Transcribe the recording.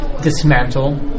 dismantle